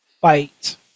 Fight